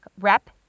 rep